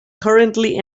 currently